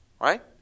Right